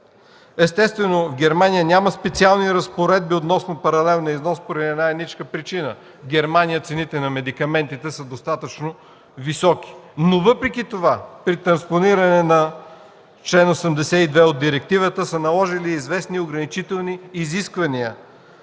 Естествено Германия няма специални разпоредби относно паралелния износ поради една-единствена причина – в Германия цените на медикаментите са достатъчно високи. Въпреки това обаче при транспониране на чл. 81 от директивата са наложили известни ограничителни изисквания.